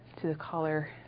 to-the-collar